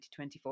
2024